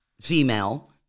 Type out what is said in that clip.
female